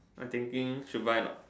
I thinking should buy a not